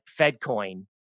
FedCoin